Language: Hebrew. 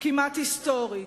כמעט היסטורית,